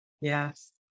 Yes